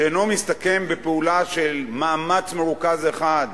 שאינו מסתכם בפעולה של מאמץ מרוכז אחד,